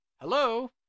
Hello